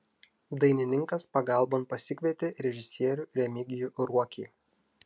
dainininkas pagalbon pasikvietė režisierių remigijų ruokį